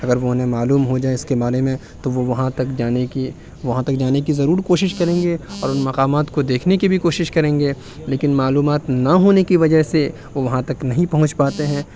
اگر وہ انہیں معلوم ہو جائے اس کے بارے میں تو وہ وہاں تک جانے کی وہاں تک جانے کی ضرور کوشش کریں گے اور ان مقامات کو دیکھنے کی بھی کوشش کریں گے لیکن معلومات نہ ہونے کی وجہ سے وہ وہاں تک نہیں پہنچ پاتے ہیں